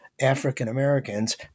African-Americans